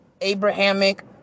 Abrahamic